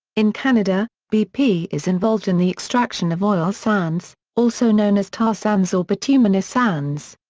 in canada, bp is involved in the extraction of oil sands, also known as tar sands or bituminous sands.